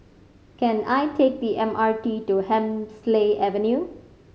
can I take the M R T to Hemsley Avenue